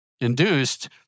Induced